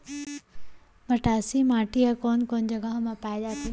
मटासी माटी हा कोन कोन जगह मा पाये जाथे?